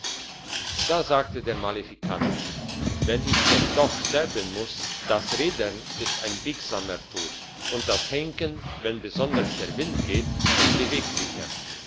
da sagte der malefikant wenn ich denn doch sterben muss das rädern ist ein biegsamer tod und das henken wenn besonders der wind geht ein beweglicher